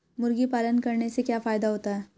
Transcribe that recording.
मुर्गी पालन करने से क्या फायदा होता है?